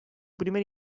primer